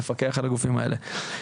לפקח על הגופים האלה.